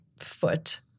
foot